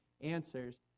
answers